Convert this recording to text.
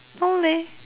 no leh